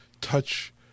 touch